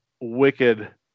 wicked